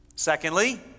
Secondly